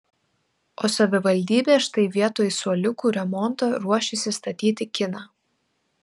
o savivaldybė štai vietoj suoliukų remonto ruošiasi statyti kiną